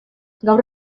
gaur